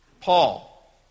Paul